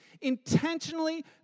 intentionally